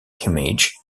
images